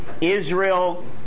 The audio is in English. Israel